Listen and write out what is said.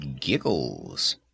giggles